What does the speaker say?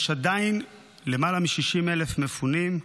עדיין יש למעלה מ-60,000 מפונים,